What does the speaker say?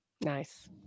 Nice